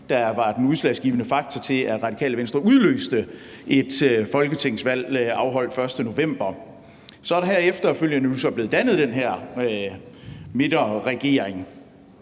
som var den udslagsgivende faktor, i forhold til at Radikale Venstre udløste et folketingsvalg med afholdelse den 1. november. Så er der her efterfølgende nu blevet dannet den her midterregering,